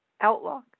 outlook